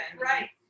right